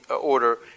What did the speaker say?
order